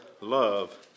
love